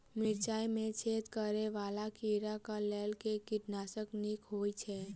मिर्चाय मे छेद करै वला कीड़ा कऽ लेल केँ कीटनाशक नीक होइ छै?